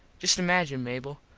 just imagine, mable.